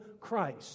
Christ